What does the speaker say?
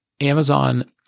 Amazon